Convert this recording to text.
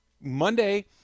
Monday